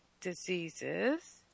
diseases